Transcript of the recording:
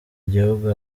gihugu